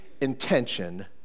intention